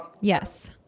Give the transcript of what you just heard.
Yes